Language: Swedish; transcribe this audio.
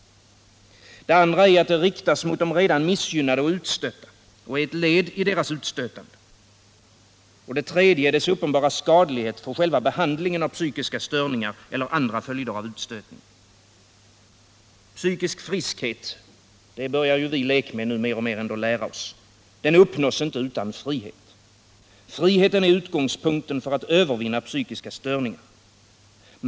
Det andra är att det riktas mot de redan missgynnade och utstötta och är ett led i deras utstötande. Det tredje är dess uppenbara skadlighet för själva behandlingen av psykiska störningar eller andra följder av utstötningen. Psykisk friskhet — det börjar vi lekmän nu ändå mer och mer lära oss — uppnås inte utan frihet. Friheten är utgångspunkten för att övervinna psykiska störningar.